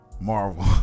Marvel